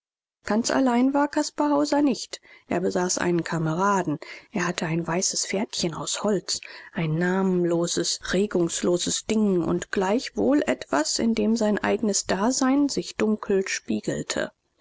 ganz allein war caspar hauser nicht er besaß einen kameraden er hatte ein weißes pferdchen aus holz ein namenloses regungsloses ding und gleichwohl etwas in dem sein eignes dasein sich dunkel spiegelte